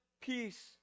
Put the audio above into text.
peace